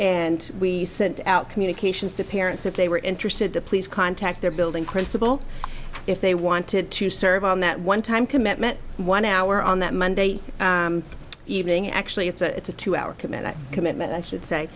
and we sent out communications to parents if they were interested to please contact their building principal if they wanted to serve on that one time commitment one hour on that monday evening actually it's a two hour commit a commitment i should say